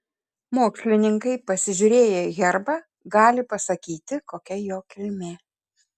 mokslininkai pasižiūrėję į herbą gali pasakyti kokia jo kilmė